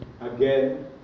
again